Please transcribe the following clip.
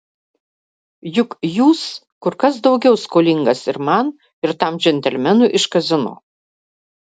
juk jūs kur kas daugiau skolingas ir man ir tam džentelmenui iš kazino